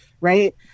right